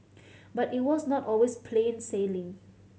but it was not always plain sailing